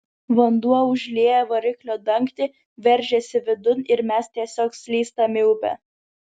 vanduo užlieja variklio dangtį veržiasi vidun ir mes tiesiog slystam į upę